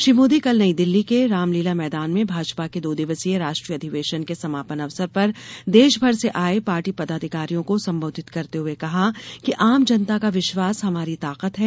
श्री मोदी कल नई दिल्ली के रामलीला मैदान में भाजपा के दो दिवसीय राष्ट्रीय अधिवेशन के समापन अवसर पर देशभर से आये पार्टी पदाधिकारियों को संबोधित करते हुए कहा कि आम जनता का विश्वास हमारी ताकत है